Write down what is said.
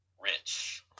Rich